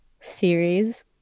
series